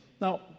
Now